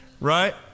right